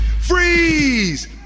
Freeze